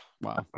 wow